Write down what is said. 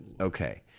Okay